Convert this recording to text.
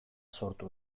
sortu